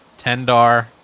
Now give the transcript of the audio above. Tendar